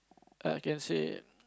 I can say